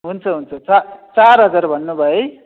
हुन्छ हुन्छ चा चार हजार भन्नुभयो है